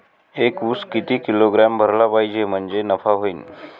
एक उस किती किलोग्रॅम भरला पाहिजे म्हणजे नफा होईन?